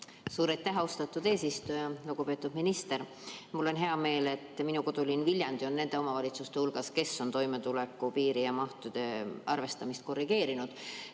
Suur aitäh, austatud eesistuja! Lugupeetud minister! Mul on hea meel, et minu kodulinn Viljandi on nende omavalitsuste hulgas, kes on toimetulekupiiri ja mahtude arvestamist korrigeerinud.